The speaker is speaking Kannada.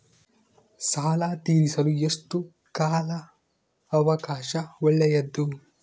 ಸಾಲ ತೇರಿಸಲು ಎಷ್ಟು ಕಾಲ ಅವಕಾಶ ಒಳ್ಳೆಯದು?